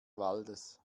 waldes